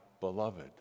beloved